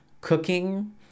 cooking